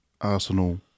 Arsenal